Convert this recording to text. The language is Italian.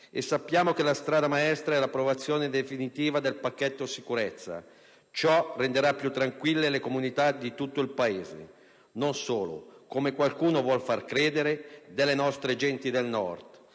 Sappiamo che la strada maestra è l'approvazione definitiva del pacchetto sicurezza. Ciò renderà più tranquille le comunità di tutto il Paese, non solo, come qualcuno vuol far credere, delle nostre genti del Nord.